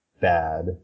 bad